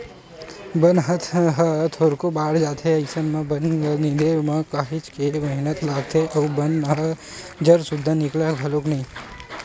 बन ह थोरको बाड़ जाथे अइसन म बन ल निंदे म काहेच के मेहनत लागथे अउ बन ह जर सुद्दा निकलय घलोक नइ